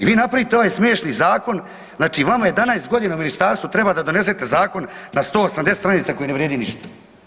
I vi napravite ovaj smiješni zakon vama 11 godina u ministarstvu treba da donesete zakon na 180 stranica koji ne vrijedi ništa.